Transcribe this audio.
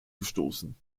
gestoßen